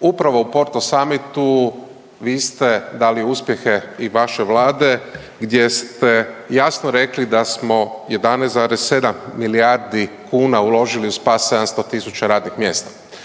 Upravo u Porto samitu vi ste dali uspjehe i vaše vlade gdje ste jasno rekli da smo 11,7 milijardi kuna uložili u spas 700.000 radnih mjesta.